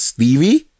Stevie